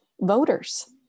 voters